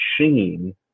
machine